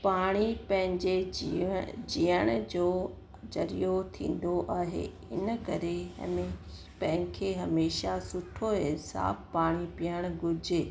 पाणी पंहिंजे जीव जीअण जो ज़रिओ थींदो आहे इन करे हमें पाण खे हमेशह सुठो हिसाब पाणी पीअणु घुरिजे